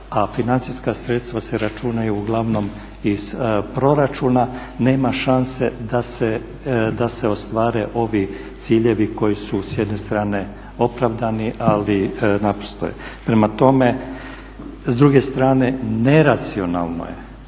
a financija sredstva se računaju uglavnom iz proračuna nema šanse da se ostvare ovi ciljevi koji su s jedne strane opravdani ali .../Govornik se ne razumije./… Prema tome, s druge strane, neracionalno je,